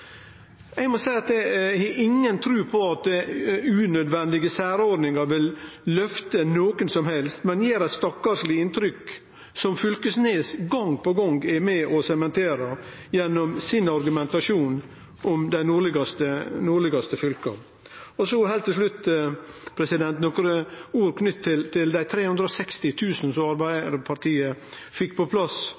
Eg har inga tru på at unødvendige særordningar vil løfte nokon som helst, men gjer eit stakkarsleg inntrykk, som Knag Fylkesnes gong på gong er med og sementerer gjennom sin argumentasjon om dei nordlegaste fylka. Så heilt til slutt nokre ord knytte til dei 360 000 arbeidsplassane som Arbeidarpartiet fekk på plass